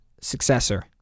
successor